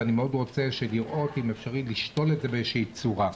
ואני רוצה מאוד לראות אם אפשר לשתול את זה באיזושהי צורה.